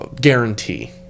Guarantee